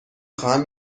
خواهم